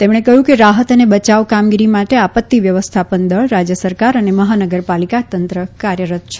તેમણે કહ્યું કે રાહત અને બયાવ કામગીરી માટે આપત્તિ વ્યવસ્થાપન દળ રાજય સરકાર અને મહાનગર પાલિકા તંત્ર કાર્યરત છે